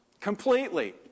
completely